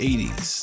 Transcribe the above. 80s